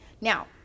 Now